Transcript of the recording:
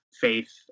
faith